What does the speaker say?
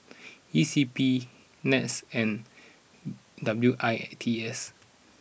E C P Nets and W I T S